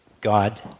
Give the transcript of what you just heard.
God